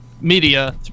media